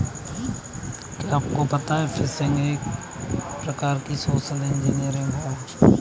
क्या आपको पता है फ़िशिंग एक प्रकार की सोशल इंजीनियरिंग है?